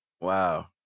Wow